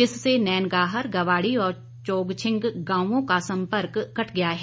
जिससे नैनगाहर गवाड़ी और छोगजिंग गांवों का सड़क सम्पर्क कट गया है